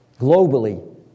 globally